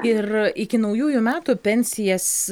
ir iki naujųjų metų pensijas